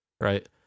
Right